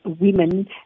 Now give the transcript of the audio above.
women